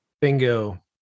Bingo